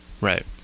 Right